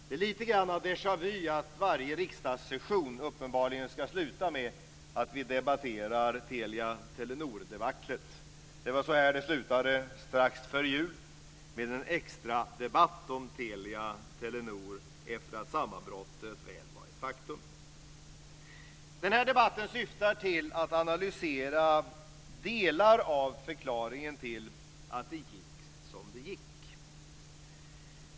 Det är lite grann av déjà vu att varje riksdagssession upenbarligen ska sluta med att vi debatterar Telia-Telenor-debaclet. Det slutade strax före jul med en extradebatt om Telia-Telenor efter det att sammanbrottet väl var ett faktum. Den här debatten syftar till att analysera delar av förklaringen till att det gick som det gick.